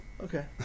Okay